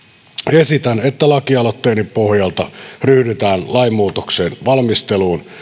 esitän että lakialoitteeni pohjalta ryhdytään lainmuutoksen valmisteluun